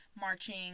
marching